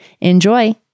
Enjoy